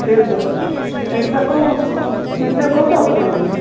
pizza pizza କୋଉ pizza କୋଉଟା ପଠେଇବି